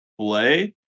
Play